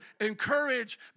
encourage